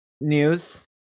news